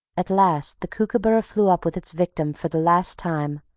at last the kookooburra flew up with its victim for the last time,